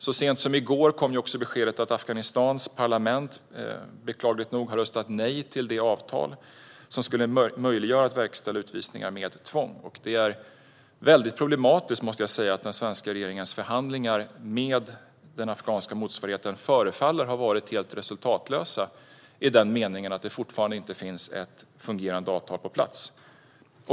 Så sent som i går kom beskedet att Afghanistans parlament beklagligt nog har röstat nej till det avtal som skulle möjliggöra att verkställa utvisningar med tvång. Det är mycket problematiskt, måste jag säga, att den svenska regeringens förhandlingar med den afghanska motsvarigheten förefaller ha varit helt resultatlösa i den meningen att det fortfarande inte finns ett fungerande avtal på plats.